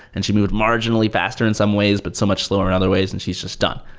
and she moved marginally faster in some ways, but so much slower in other ways and she's just done.